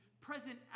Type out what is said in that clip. present